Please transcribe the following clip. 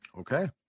Okay